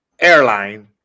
airline